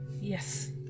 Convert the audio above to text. Yes